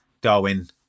Darwin